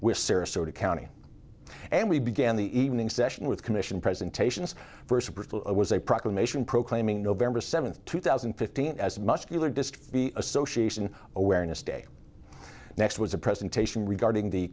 with sarasota county and we began the evening session with commission presentations first brutal was a proclamation proclaiming november seventh two thousand and fifteen as muscular dystrophy association awareness day next was a presentation regarding the